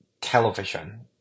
television